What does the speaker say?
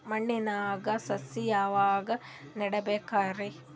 ಮಣ್ಣಿನಾಗ ಸಸಿ ಯಾವಾಗ ನೆಡಬೇಕರಿ?